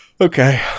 Okay